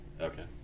Okay